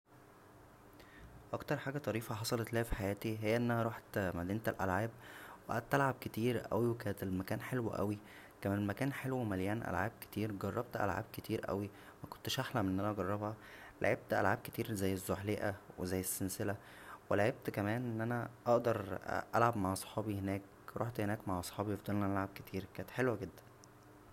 اكتر حاجه طريفه حصلت ليا فحياتى هى ان انا روحت مدينة الالعاب وقعدت العب كتير اوى وكان المكان حلو اوى كان المكان حلو ومليان العاب كتير جربت العاب كتير اوى مكنتش احلم ان انا اجربها لعبت العاب كتير زى الزوحليقه وزى السلسله و لعبت كمان ان انا اقدر العب مع صحابى هناك روحت هناك مع صحابى وفضلنا نلعب كتير كانت حلوه جدا